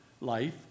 life